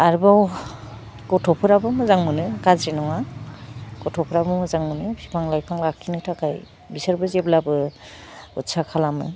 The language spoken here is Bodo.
आरोबाव गथ'फ्राबो मोजां मोनो गाज्रि नङा गथ'फ्राबो मोजां मोनो बिफां लाइफां लाखिनो थाखाइ बिसोरबो जेब्लाबो उदसा खालामो